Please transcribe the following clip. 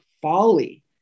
folly